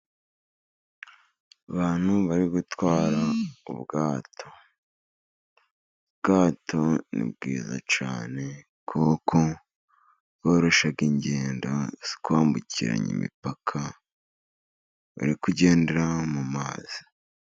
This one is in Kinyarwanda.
Abantu bari gutwara ubwato, ubwato ni bwiza cyane kuko bworoshya ingendo zo kwambukiranya imipaka bari kugendera mu mazi.